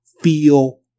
feel